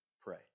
pray